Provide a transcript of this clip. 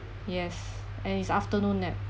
yes and is afternoon nap